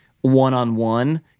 one-on-one